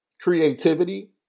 creativity